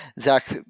Zach